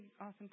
awesome